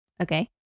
okay